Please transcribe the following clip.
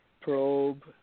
probe